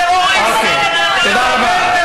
מה זה קשור לערפאת?